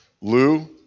Lou